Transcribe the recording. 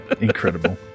Incredible